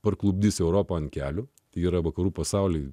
parklupdys europą ant kelių yra vakarų pasaulyje